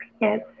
Yes